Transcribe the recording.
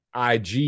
IG